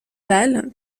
bâle